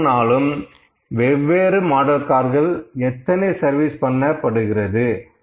ஒவ்வொரு நாளும் வெவ்வேறு மாடல் கார்கள் எத்தனை சர்வீஸ் பண்ண படுகிறது